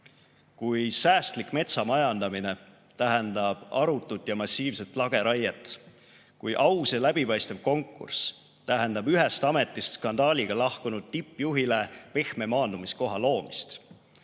Kui säästlik metsamajandamine tähendab arutut ja massiivset lageraiet, kui aus ja läbipaistev konkurss tähendab ühest ametist skandaaliga lahkunud tippjuhile pehme maandumiskoha loomist,